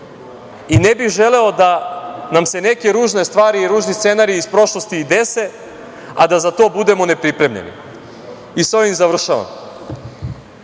i ne bih želeo da nam se neke ružne stvari i ružni scenariji iz prošlosti dese, a da za to budemo nepripremljeni.I sa ovim završavam.